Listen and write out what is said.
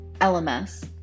LMS